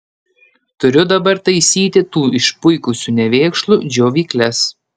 turiu dabar taisyti tų išpuikusių nevėkšlų džiovykles